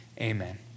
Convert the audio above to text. amen